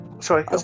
sorry